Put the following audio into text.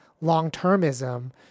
long-termism